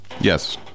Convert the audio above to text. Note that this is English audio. Yes